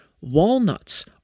Walnuts